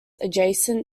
adjacent